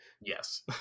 Yes